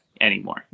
anymore